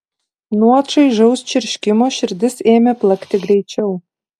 nuo čaižaus čirškimo širdis ėmė plakti greičiau